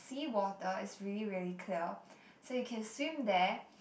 sea water is really really clear so you can swim there